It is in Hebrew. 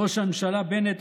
ראש הממשלה בנט,